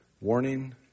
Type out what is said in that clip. Warning